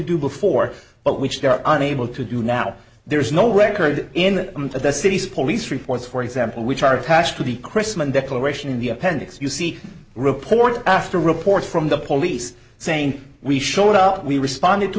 do before but which they are unable to do now there is no record in the city's police reports for example which are attached to the christmas declaration in the appendix you see report after report from the police saying we showed up we responded to